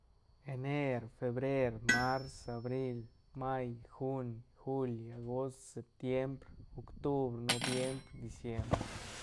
Ener, febrer, mars, abril, may, juin, juul, agost, septiemdr, octubr, noviembr, diciembre.